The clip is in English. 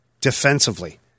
defensively